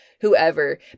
whoever